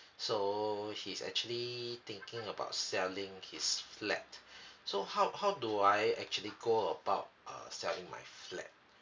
so he's actually thinking about selling his flat so how how do I actually go about uh selling my flat